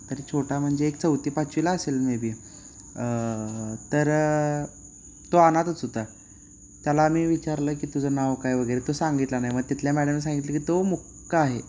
तरी छोटा म्हणजे एक चौथी पाचवीला असेल मेबी तर तो अनाथच होता त्याला मी विचारलं की तुझं नाव काय वगैरे तो सांगितला नाही मग तिथल्या मॅडम सांगितलं की तो मुका आहे